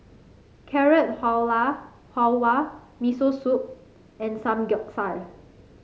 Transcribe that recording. Carrot Halwa Miso Soup and Samgeyopsal